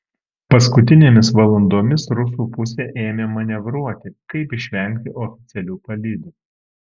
paskutinėmis valandomis rusų pusė ėmė manevruoti kaip išvengti oficialių palydų